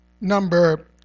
number